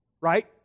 right